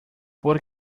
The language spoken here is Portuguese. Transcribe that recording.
por